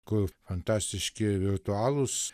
kur fantastiški virtualūs